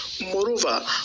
moreover